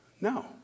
No